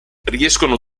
riescono